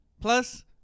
Plus